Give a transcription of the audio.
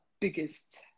biggest